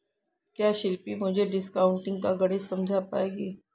क्या शिल्पी मुझे डिस्काउंटिंग का गणित समझा पाएगी?